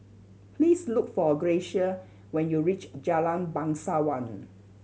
please look for Gracia when you reach Jalan Bangsawan